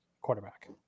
quarterback